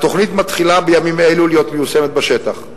התוכנית מתחילה בימים אלה להיות מיושמת בשטח.